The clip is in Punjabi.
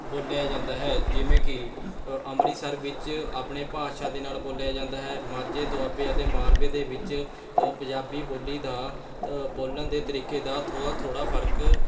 ਬੋਲਿਆ ਜਾਂਦਾ ਹੈ ਜਿਵੇਂ ਕਿ ਅੰਮ੍ਰਿਤਸਰ ਵਿੱਚ ਆਪਣੇ ਭਾਸ਼ਾ ਦੇ ਨਾਲ ਬੋਲਿਆ ਜਾਂਦਾ ਹੈ ਮਾਝੇ ਦੋਆਬੇ ਅਤੇ ਮਾਲਵੇ ਦੇ ਵਿੱਚ ਪੰਜਾਬੀ ਬੋਲੀ ਦਾ ਬੋਲਣ ਦੇ ਤਰੀਕੇ ਦਾ ਥੋੜ੍ਹਾ ਥੋੜ੍ਹਾ ਫ਼ਰਕ